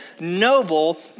noble